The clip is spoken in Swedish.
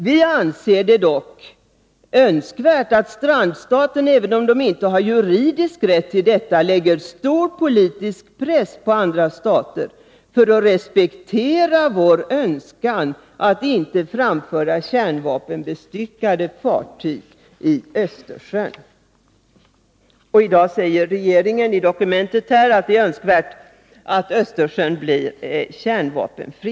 Vi anser det dock önskvärt, att strandstaterna — även om de inte har juridisk rätt till detta — lägger stor politisk press på andra stater för att 3 respektera vår önskan att inte framföra kärnvapenbestyckade fartyg i Östersjön.” ” I dag säger regeringen att det är önskvärt att Östersjön blir kärnvapenfri.